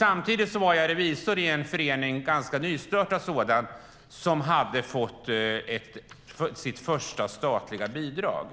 Jag var revisor i en nystartad förening som hade fått sitt första statliga bidrag.